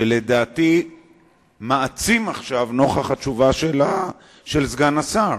שלדעתי מעצים עכשיו נוכח התשובה של סגן השר.